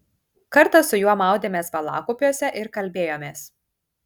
kartą su juo maudėmės valakupiuose ir kalbėjomės